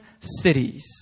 cities